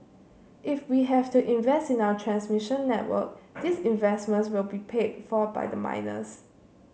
if we have to invest in our transmission network these investments will be paid for by the miners